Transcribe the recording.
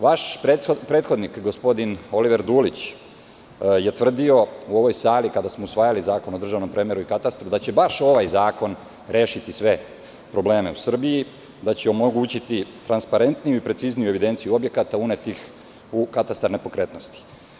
Vaš prethodnik, gospodin Oliver Dulić, tvrdio je u ovoj sali, kada smo usvajali Zakon o državnom premeru i katastru, da će baš ovaj zakon rešiti sve probleme u Srbiji, da će omogućiti transparentniju i precizniju evidenciju objekata unetih u katastar nepokretnosti.